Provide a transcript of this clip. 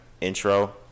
intro